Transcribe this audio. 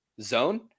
zone